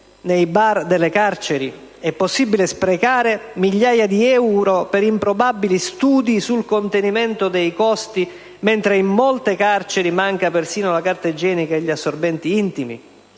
nelle stesse carceri? È possibile sprecare migliaia di euro per improbabili studi sul contenimento dei costi, mentre in molte carceri manca persino la carta igienica e gli assorbenti intimi?